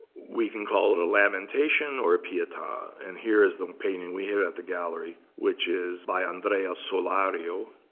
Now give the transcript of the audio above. we can call it a lamentation or a pieta. and here is the painting we hear at the gallery, which is by andrea solario.